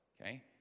okay